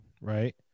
right